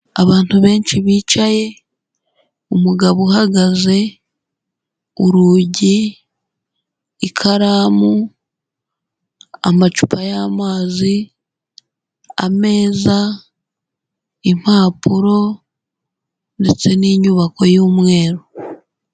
Abantu benshi bicaye, umugabo uhagaze, urugi, ikaramu, amacupa y'amazi, ameza, impapuro ndetse n'inyubako y'umweru.